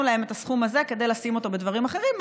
להם את הסכום הזה כדי לשים אותו בדברים אחרים,